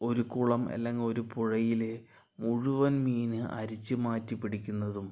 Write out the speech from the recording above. ഒരു കുളം അല്ലെങ്കിൽ ഒരു പുഴയിലെ മുഴുവൻ മീൻ അരിച്ചുമാറ്റി പിടിക്കുന്നതും